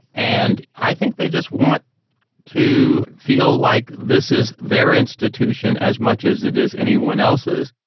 and i think they just want to feel like this is their institution as much as it is anyone else's.